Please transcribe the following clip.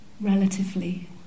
relatively